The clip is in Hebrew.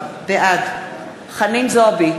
בעד חנין זועבי,